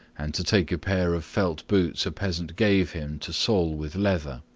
and to take a pair of felt boots a peasant gave him to sole with leather.